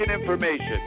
information